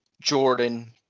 Jordan